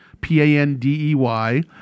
P-A-N-D-E-Y